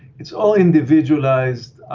it's all individualized,